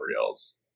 Reels